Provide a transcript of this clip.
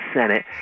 Senate